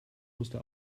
musste